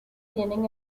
tienen